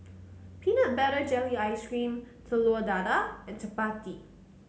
Peanut Butter Jelly Ice cream Telur Dadah and chappati